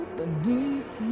beneath